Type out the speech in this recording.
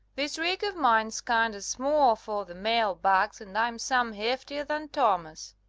this rig of mine's kinder small for the mail bags and i'm some heftier than thomas